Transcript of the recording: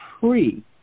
free